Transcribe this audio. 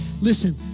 Listen